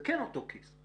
זה כן אותו כיס.